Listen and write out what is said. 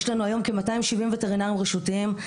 יש לנו היום כ-270 וטרינרים רשותיים,